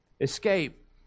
escape